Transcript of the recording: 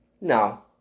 No